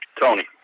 Tony